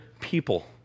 people